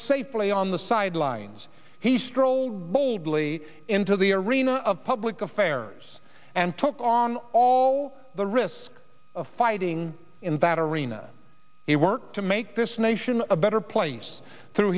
safely on the sidelines he strode boldly into the arena of public affairs and took on all the risk of fighting in that arena he worked to make this nation a better place through